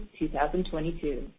2022